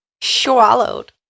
Swallowed